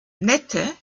nette